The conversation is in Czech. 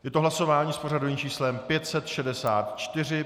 Je to hlasování s pořadovým číslem 564.